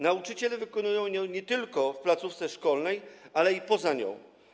Nauczyciele wykonują tę pracę nie tylko w placówce szkolnej, ale i poza nią.